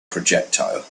projectile